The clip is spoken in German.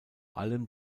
allem